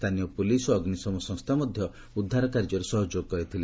ସ୍ଥାନୀୟ ପୁଲିସ ଓ ଅଗ୍ନିଶମ ସଂସ୍ଥା ମଧ୍ୟ ଉଦ୍ଧାର କାର୍ଯ୍ୟରେ ସହଯୋଗ କରିଥିଲେ